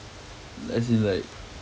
as in like so